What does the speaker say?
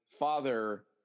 father